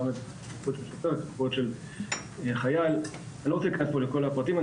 מעמד של חייל, אני לא רוצה להיכנס פה לכל הפרטים.